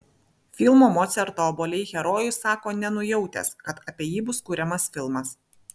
filmo mocarto obuoliai herojus sako nenujautęs kad apie jį bus kuriamas filmas